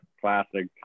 classic